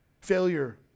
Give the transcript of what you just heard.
failure